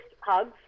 hugs